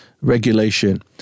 regulation